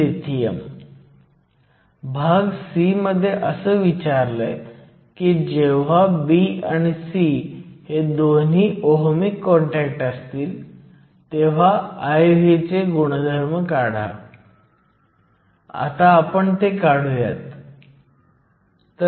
मी या 2 मध्ये अनियंत्रितपणे चिन्हांकित करतो आणि इंटरफेस करू शकतो आणि आपण बँड वाकलेले दाखवू शकतो जेणेकरून हे 2 जोडले जातील